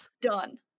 Done